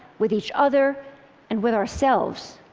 with each other and with ourselves.